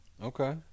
Okay